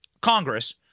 Congress